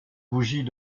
bougies